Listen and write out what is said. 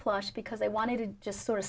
plush because they wanted to just sort of